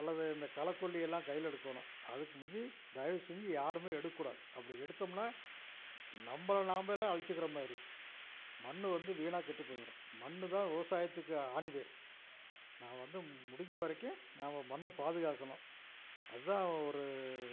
அல்லது இந்த களைக்கொல்லியெல்லாம் கையில் எடுக்கணும் அதுக்கு மிஞ்சு தயவு செஞ்சு யாருமே எடுக்கக்கூடாது அப்படி எடுத்தோம்னா நம்பளை நாம்பளே அழிச்சிக்கிற மாதிரி மண்ணு வந்து வீணாக கெட்டுப்போயிடும் மண்ணு தான் விவசாயத்துக்கு ஆணிவேர் நான் வந்து முடிஞ்ச வரைக்கும் நாம மண்ண பாதுகாக்கணும் அதான் ஒரு